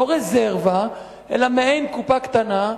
לא רזרבה אלא מעין קופה קטנה שעליה,